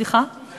את